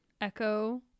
echo